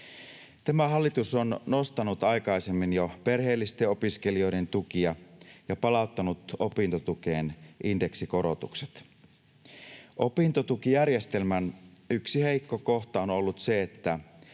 Tämä hallitus on nostanut aikaisemmin jo perheellisten opiskelijoiden tukia ja palauttanut opintotukeen indeksikorotukset. Opintotukijärjestelmän yksi heikko kohta on ollut se, että